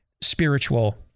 spiritual